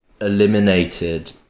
eliminated